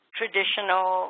traditional